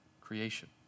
creation